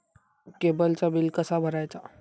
केबलचा बिल कसा भरायचा?